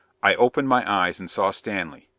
i opened my eyes and saw stanley,